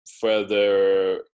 further